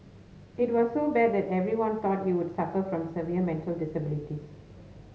it was so bad that everyone thought he would suffer from severe mental disabilities